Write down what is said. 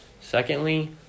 Secondly